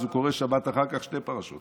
הוא קורא בשבת אחר כך שתי פרשות.